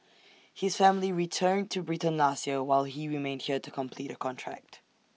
his family returned to Britain last year while he remained here to complete A contract